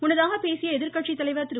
முன்னதாக பேசிய எதிர்கட்சி தலைவர் திரு